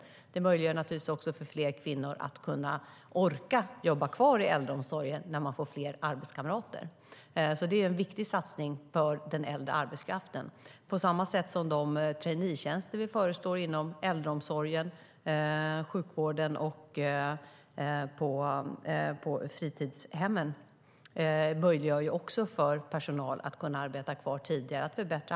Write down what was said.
Fler arbetskamrater möjliggör naturligtvis också för fler kvinnor att orka jobba kvar i äldreomsorgen. Detta är alltså en viktig satsning för den äldre arbetskraften, på samma sätt som de traineetjänster vi föreslår inom äldreomsorgen, sjukvården och fritidshemmen också möjliggör för personal att arbeta kvar.